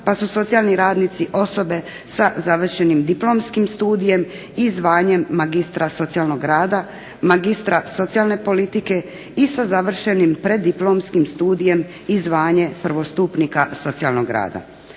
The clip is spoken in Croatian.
pa su socijalni radnici osobe sa završenim diplomskim studijem i zvanjem magistra socijalnog rada, magistra socijalne politike i sa završenim preddiplomskim studijem i zvanjem prvostupnika socijalnog rada.